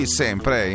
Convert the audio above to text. sempre